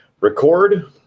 record